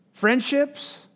Friendships